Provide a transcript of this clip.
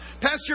Pastor